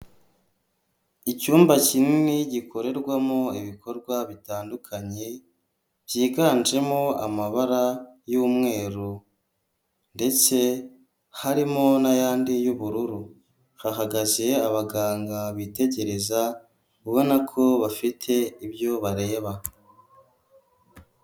Icyumba kinini gikorerwamo ibikorwa bitandukanye, byiganjemo amabara y'umweru ndetse harimo n'ayandi y'ubururu, hahagaze abaganga bitegereza kubona ko bafite ibyo bareba.